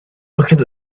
looking